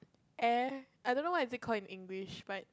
air I don't know what is it called in English but